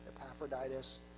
Epaphroditus